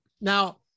Now